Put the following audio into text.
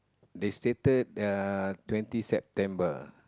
they stated uh twenty September